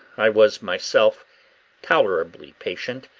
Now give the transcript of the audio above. i was myself tolerably patient,